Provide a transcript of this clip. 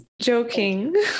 joking